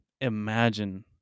imagine